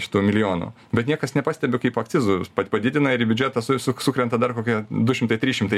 šitų milijonų bet niekas nepastebi kaip akcizus padidina ir į biudžetą su su sukrenta dar kokie du šimtai trys šimtai